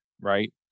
right